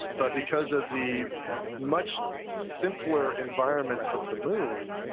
but because of the much simpler environment of the moon,